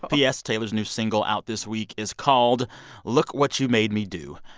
p s, taylor's new single out this week is called look what you made me do.